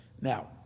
Now